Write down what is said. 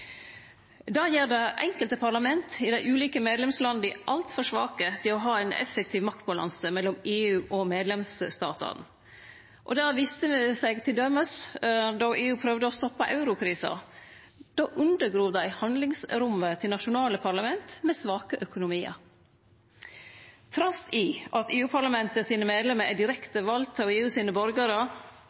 Det gjer dei enkelte parlamenta i dei ulike medlemslanda altfor svake til å ha ein effektiv maktbalanse mellom EU og medlemsstatane. Det viste seg t.d. då EU prøvde å stoppe euro-prisar. Då undergrov ein handlingsrommet til nasjonale parlament med svake økonomiar. Trass i at medlemene i EU-parlamentet er direkte valde av